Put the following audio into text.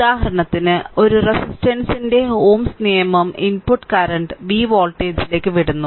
ഉദാഹരണത്തിന് ഒരു റെസിസ്റ്ററിന്റെ Ω's നിയമം ഇൻപുട്ട് കറന്റ് v വോൾട്ടേജിലേക്ക് വിടുന്നു